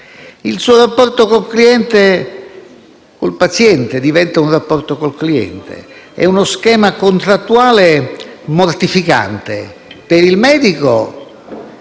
medico con il paziente diventa un rapporto con il cliente. È uno schema contrattuale mortificante per il medico